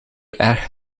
erg